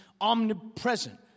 omnipresent